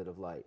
bit of light